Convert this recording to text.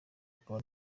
akaba